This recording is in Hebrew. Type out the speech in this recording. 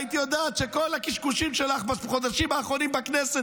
היית יודעת שכל הקשקושים שלך בחודשים האחרונים בכנסת,